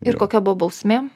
ir kokia buvo bausmė